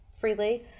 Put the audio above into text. freely